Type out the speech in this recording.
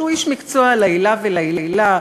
שהוא איש מקצוע לעילא ולעילא,